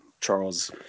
Charles